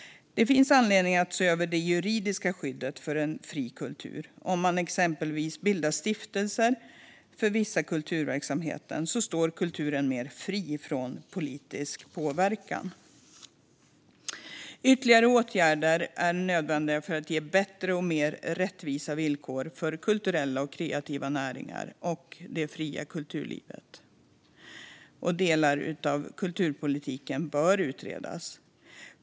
Det finns anledning att se över det juridiska skyddet för en fri kultur. Om man exempelvis bildar stiftelser för vissa kulturverksamheter står kulturen mer fri från politisk påverkan. Ytterligare åtgärder är nödvändiga för att ge bättre och mer rättvisa villkor för kulturella och kreativa näringar och det fria kulturlivet. Och delar av kulturpolitiken bör utredas.